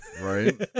Right